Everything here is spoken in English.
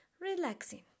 relaxing